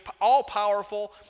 all-powerful